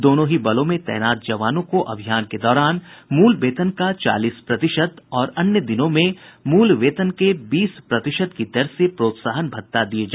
दोनों ही बलों में तैनात जवानों को अभियान के दौरान मूल वेतन का चालीस प्रतिशत और अन्य दिनों में मूल वेतन के बीस प्रतिशत की दर से प्रोत्साहन भत्ता दिये जायेंगे